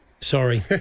sorry